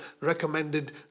recommended